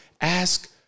Ask